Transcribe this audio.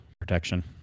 protection